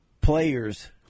players